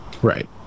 right